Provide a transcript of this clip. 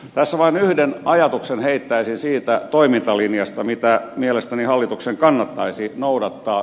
tässä vain yhden ajatuksen heittäisin siitä toimintalinjasta mitä mielestäni hallituksen kannattaisi noudattaa